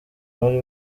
bari